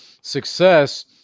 success